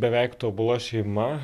beveik tobula šeima